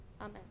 Amen